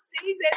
season